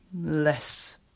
less